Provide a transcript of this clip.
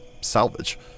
salvage